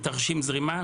תרשים זרימה,